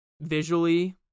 visually